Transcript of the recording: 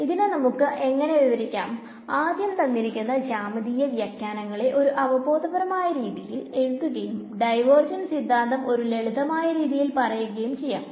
ഇതിനെ നമുക്ക് എങ്ങനെ വിവരിക്കാം ആദ്യം തന്നിരിക്കുന്ന ജ്യാമീതീയ വ്യാഖ്യാനങ്ങളെ ഒരു അവബോധപരമായ രീതിയിൽ എഴുതുകയും ഡൈവേർജൻസ് സിദ്ധാന്തം ഒരു ലളിതമായ രീതിയിൽ പറയുകയും ചെയ്യാം